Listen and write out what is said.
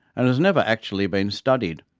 and has never actually been studied.